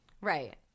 right